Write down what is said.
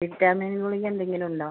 vitamin ഗുളിക എന്തെങ്കിലുമുണ്ടോ